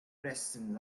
preston